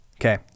Okay